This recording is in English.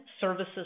services